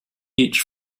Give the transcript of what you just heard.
each